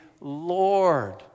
Lord